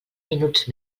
minuts